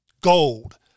gold